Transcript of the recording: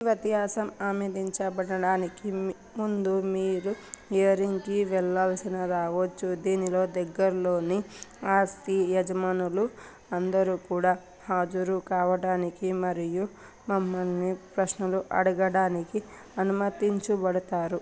వ్యత్యాసం ఆమోదించబడటానికి ముందు మీరు హియరింగ్కి వెళ్ళాల్సిన రావచ్చు దీనిలో దగ్గరలోని ఆస్తి యజమానులు అందరూ కూడా హాజరు కావడానికి మరియు మమ్మల్ని ప్రశ్నలు అడగడానికి అనుమతించుబడతారు